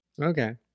okay